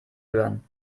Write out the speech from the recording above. hören